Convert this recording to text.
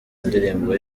ndirimbo